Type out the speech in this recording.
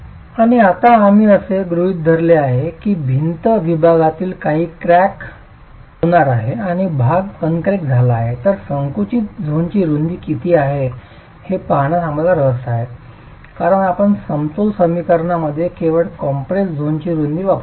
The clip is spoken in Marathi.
आणि आता आम्ही असे गृहित धरले आहे की भिंत विभागातील काही भाग क्रॅक होणार आहे आणि भाग अनक्रेक झाला आहे तर संकुचित झोनची रूंदी किती आहे हे पाहण्यास आम्हाला रस आहे कारण आपण समतोल समीकरणामध्ये केवळ कॉम्प्रेस्ड झोनची रूंदी वापरू शकता